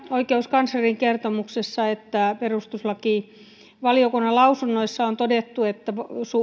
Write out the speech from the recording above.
oikeuskanslerin kertomuksessa että perustuslakivaliokunnan lausunnoissa on todettu että